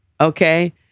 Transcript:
Okay